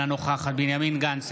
אינה נוכחת בנימין גנץ,